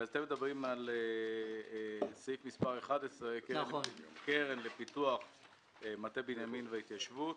אתם מדברים על סעיף מספר 11 - קרן לפיתוח מטה בנימין וההתיישבות,